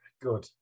Good